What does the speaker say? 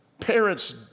Parents